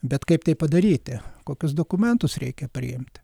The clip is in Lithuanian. bet kaip tai padaryti kokius dokumentus reikia priimti